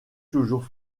toujours